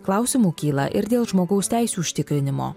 klausimų kyla ir dėl žmogaus teisių užtikrinimo